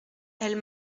elle